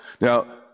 Now